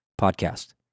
podcast